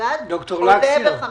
מבודדים עולה ב-50%.